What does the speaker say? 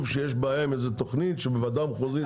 שיש בו בעיה עם תוכנית של ועדה מחוזית.